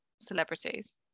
celebrities